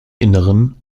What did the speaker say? innern